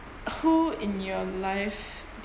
who in your life